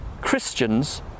Christians